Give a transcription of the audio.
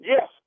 Yes